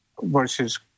versus